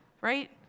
right